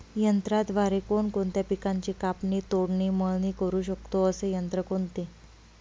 यंत्राद्वारे कोणकोणत्या पिकांची कापणी, तोडणी, मळणी करु शकतो, असे यंत्र कोणते?